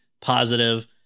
positive